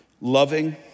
loving